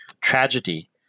tragedy